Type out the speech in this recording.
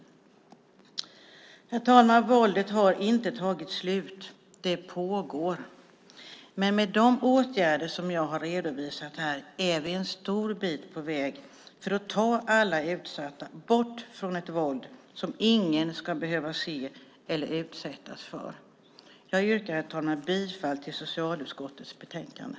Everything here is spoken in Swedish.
Herr talman! Våldet har inte tagit slut. Det pågår. Men med de åtgärder som jag har redovisat här är vi en god bit på väg för att ta alla utsatta bort från ett våld som ingen ska behöva se eller utsättas för. Herr talman! Jag yrkar bifall till förslaget i socialutskottets betänkande.